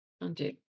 undo